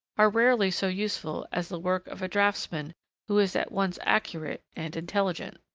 are rarely so useful as the work of a draughtsman who is at once accurate and intelligent.